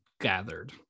gathered